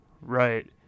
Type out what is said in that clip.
Right